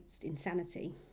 insanity